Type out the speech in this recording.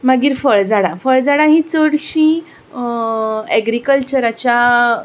मागीर फळ झाडां फळ झाडां हीं चडशीं एग्रीकल्चराच्या